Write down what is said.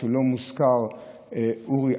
ובו לא מוזכר אורי,